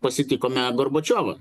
pasitikome gorbačiovą